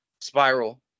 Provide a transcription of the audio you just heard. Spiral